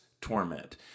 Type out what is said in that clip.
torment